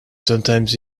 sometimes